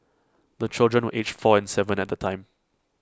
the children were aged four and Seven at the time